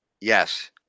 Yes